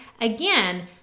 again